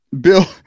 Bill